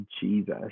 Jesus